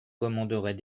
commanderait